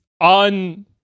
on